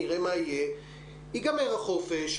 ייגמר החופש,